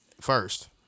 first